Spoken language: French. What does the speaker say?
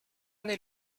n’est